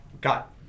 got